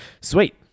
sweet